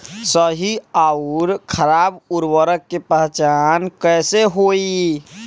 सही अउर खराब उर्बरक के पहचान कैसे होई?